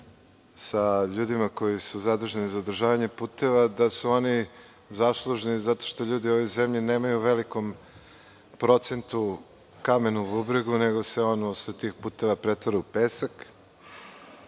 sa ljudima koji su zaduženi za održavanje puteva da su oni zaslužni zato što ljudi u ovoj zemlji nemaju u velikom procentu kamen u bubregu, nego se on sa tih puteva pretvara u pesak.